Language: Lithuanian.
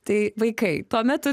tai vaikai tuo metu